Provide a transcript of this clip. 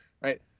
Right